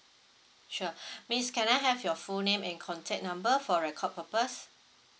sure miss can I have your full name and contact number for record purpose